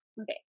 Okay